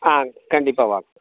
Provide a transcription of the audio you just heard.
ஆ கண்டிப்பாக வாங்க